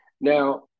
Now